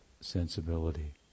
sensibility